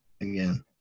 again